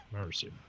Mercy